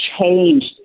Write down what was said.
changed